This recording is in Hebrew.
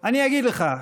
אני אגיד לך,